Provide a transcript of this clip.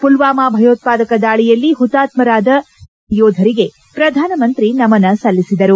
ಮಲ್ವಾಮಾ ಭಯೋತ್ಪಾದಕ ದಾಳಿಯಲ್ಲಿ ಹುತಾತ್ಪರಾದ ಸಿಆರ್ಪಿಎಫ್ನ ಯೋಧರಿಗೆ ಶ್ರಧಾನಮಂತ್ರಿ ನಮನ ಸಲ್ಲಿಸಿದರು